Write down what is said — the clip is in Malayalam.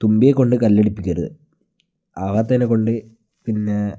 തുമ്പിയെക്കൊണ്ട് കല്ലെടുപ്പിക്കരുത് ആവാത്തവനെക്കൊണ്ട് പിന്നെ